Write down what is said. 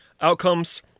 outcomes